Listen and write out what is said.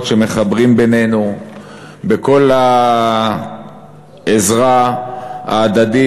שמחברים בינינו בכל העזרה ההדדית,